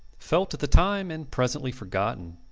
felt at the time and presently forgotten.